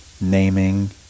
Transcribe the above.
naming